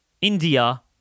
India